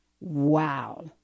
wow